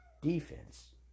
defense